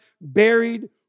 buried